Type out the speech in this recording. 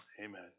amen